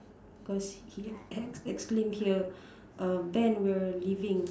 cause he exclaim here um Ben we are leaving